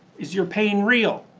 is your pain real?